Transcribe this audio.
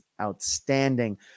outstanding